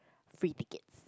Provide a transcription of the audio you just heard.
free tickets